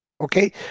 okay